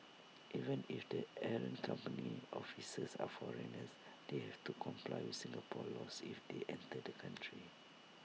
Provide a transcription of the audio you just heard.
even if the errant company's officers are foreigners they have to comply with Singapore's laws if they enter the country